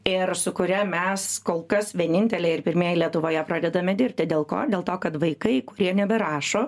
ir su kuria mes kol kas vieninteliai ir pirmieji lietuvoje pradedame dirbti dėl ko dėl to kad vaikai kurie neberašo